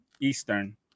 Eastern